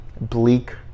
bleak